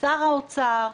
משר האוצר,